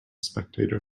spectator